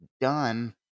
done